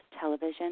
television